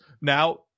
Now